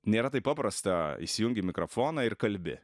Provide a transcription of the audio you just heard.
nėra taip paprasta įsijungi mikrofoną ir kalbi